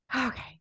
Okay